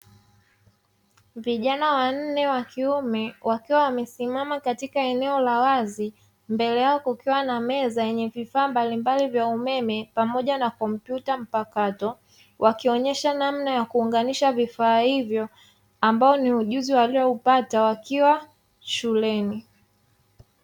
Vijana wanne wa kiume wakiwa wamesimama katika eneo la wazi mbele yako ukiwa na meza yenye vifaa mbalimbali vya umeme pamoja na kompyuta mpakato wakionyesha namna ya kuunganisha vifaa hivyo ambao ni ujuzi walioupata wakiwa shuleni.